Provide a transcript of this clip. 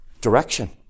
Direction